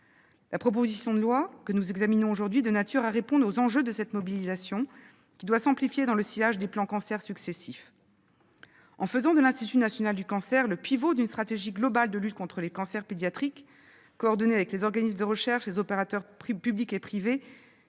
La proposition de loi que nous examinons aujourd'hui est de nature à répondre aux enjeux de cette mobilisation, qui doit s'amplifier dans le sillage des plans Cancer successifs. En faisant de l'Institut national du cancer le pivot d'une stratégie globale de lutte contre les cancers pédiatriques, coordonnée avec les organismes de recherche, les opérateurs publics et privés,